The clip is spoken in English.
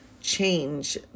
change